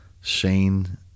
Shane